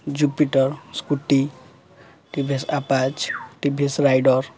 jupiter scooty TVS apache TVS rider